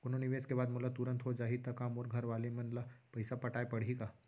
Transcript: कोनो निवेश के बाद मोला तुरंत हो जाही ता का मोर घरवाले मन ला पइसा पटाय पड़ही का?